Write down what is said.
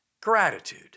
Gratitude